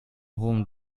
hohem